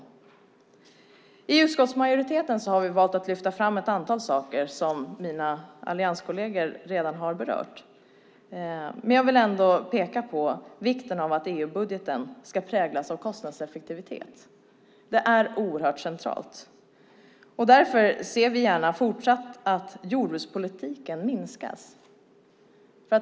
Vi i utskottsmajoriteten har valt att lyfta fram ett antal saker som mina allianskolleger redan har berört. Jag vill ändå peka på vikten av att EU-budgeten ska präglas av kostnadseffektivitet. Det är oerhört centralt. Därför ser vi gärna fortsatt att jordbrukspolitiken minskas.